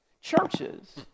churches